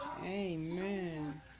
Amen